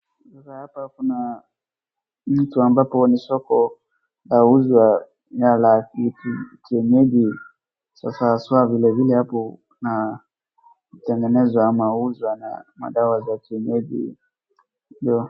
Sasa hapa kuna mtu ambapo ni soko la kuuzwa vyakula vya kienyeji. Sasa vile vile hapo kunatengenezwa ama kuuzwa na madawa za kienyeji.